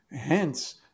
Hence